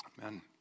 Amen